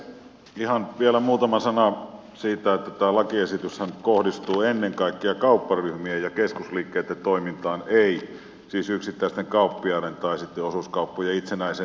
ihan vielä muutama sana siitä että tämä lakiesityshän kohdistuu ennen kaikkea kaupparyhmien ja keskusliikkeitten toimintaan ei siis yksittäisten kauppiaiden tai osuuskauppojen itsenäiseen toimintaan